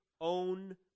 own